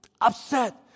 upset